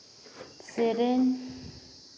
ᱥᱮᱨᱮᱧ